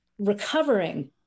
recovering